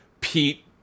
Pete